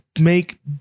make